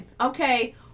okay